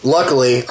Luckily